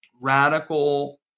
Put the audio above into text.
Radical